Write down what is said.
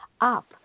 up